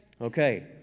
Okay